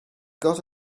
got